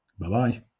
Bye-bye